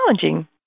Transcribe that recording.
challenging